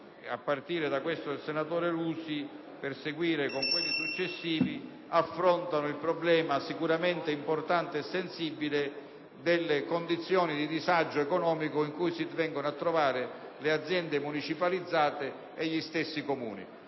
a partire da questo presentato dal senatore Lusi, per seguire con i successivi, affrontano il problema sicuramente importante e sensibile delle condizioni di disagio economico in cui si vengono a trovare le aziende municipalizzate e gli stessi comuni.